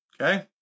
Okay